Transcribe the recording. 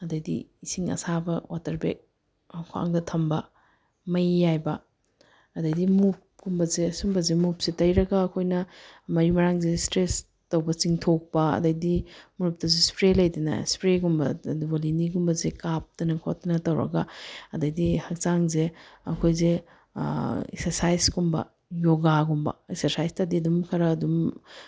ꯑꯗꯨꯗꯩꯗꯤ ꯏꯁꯤꯡ ꯑꯁꯥꯕ ꯋꯥꯇꯔ ꯕꯦꯒ ꯈ꯭ꯋꯥꯡꯗ ꯊꯝꯕ ꯃꯩ ꯌꯥꯏꯕ ꯑꯗꯩꯗꯤ ꯃꯨꯚꯀꯨꯝꯕꯁꯦ ꯁꯨꯝꯕꯁꯦ ꯃꯨꯚꯁꯦ ꯇꯩꯔꯒ ꯑꯩꯈꯣꯏꯅ ꯃꯔꯤ ꯃꯔꯥꯡꯁꯤꯗ ꯁ꯭ꯇ꯭ꯔꯦꯁ ꯇꯧꯕ ꯆꯤꯡꯊꯣꯛꯄ ꯑꯗꯨꯗꯩꯗꯤ ꯃꯨꯚꯇꯁꯨ ꯁ꯭ꯄ꯭ꯔꯦ ꯂꯩꯗꯅ ꯁ꯭ꯄ꯭ꯔꯦꯒꯨꯝꯕ ꯕꯣꯂꯤꯅꯤꯒꯨꯝꯕꯁꯦ ꯀꯥꯞꯇꯅ ꯈꯣꯠꯇꯅ ꯇꯧꯔꯒ ꯑꯗꯩꯗꯤ ꯍꯛꯆꯥꯡꯁꯦ ꯑꯩꯈꯣꯏꯁꯦ ꯑꯦꯛꯁꯔꯁꯥꯏꯁꯀꯨꯝꯕ ꯌꯣꯒꯒꯨꯝꯕ ꯑꯦꯛꯁꯔꯁꯥꯏꯁꯇꯗꯤ ꯑꯗꯨꯝ ꯈꯔ ꯑꯗꯨꯝ